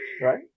right